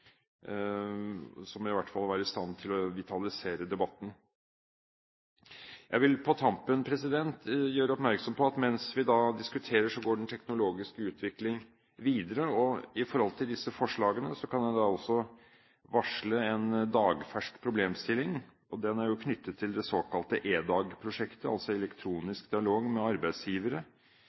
som i hvert fall var i stand til å vitalisere debatten. Jeg vil på tampen gjøre oppmerksom på at mens vi diskuterer, går den teknologiske utvikling videre. Når det gjelder disse forslagene, kan jeg da varsle en dagfersk problemstilling, og den er knyttet til det såkalte EDAG-prosjektet, altså Elektronisk Dialog med Arbeidsgivere,